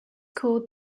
called